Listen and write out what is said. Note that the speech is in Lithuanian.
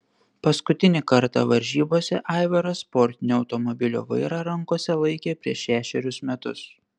paskutinį kartą varžybose aivaras sportinio automobilio vairą rankose laikė prieš šešerius metus